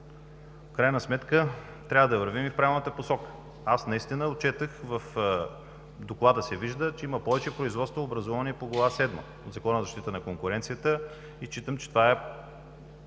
крайна сметка трябва да вървим в правилната посока. Аз отчетох и в Доклада се вижда, че има повече производства, образувани по Глава седем – по Закона за защита на конкуренцията, и считам, че това е